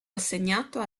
assegnato